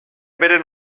bere